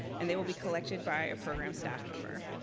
and they'll be collected by a program staff member.